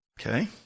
Okay